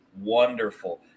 wonderful